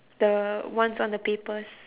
the ones on the papers